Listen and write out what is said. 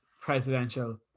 presidential